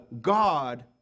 God